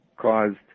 caused